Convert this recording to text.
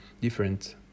different